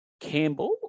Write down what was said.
Campbell